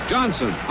Johnson